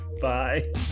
Bye